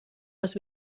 les